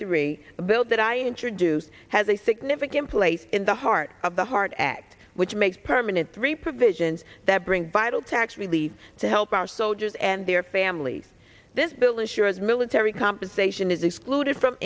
three a bill that i introduced has a significant place in the heart of the heart act which makes permanent three provisions that bring vital tax relief to help our soldiers and their families this bill ensures military compensation is excluded from